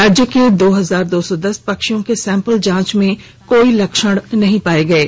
राज्य के दो हजार दो सौ दस पक्षियों के सैम्पल जांच में कोई लक्षण नहीं पाए गए हैं